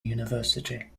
university